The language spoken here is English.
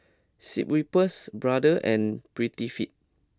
Schweppes Brother and Prettyfit